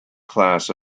class